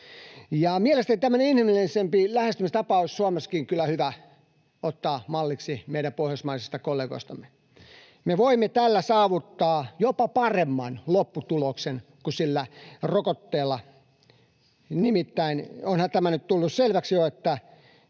Mielestäni tämmöinen inhimillisempi lähestymistapa olisi Suomessakin kyllä hyvä ottaa malliksi meidän pohjoismaisilta kollegoiltamme. Me voimme tällä saavuttaa jopa paremman lopputuloksen kuin sillä rokotteella, nimittäin onhan tämä nyt tullut selväksi jo, että